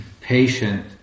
patient